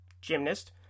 gymnast